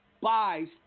buys